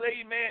amen